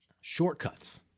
Shortcuts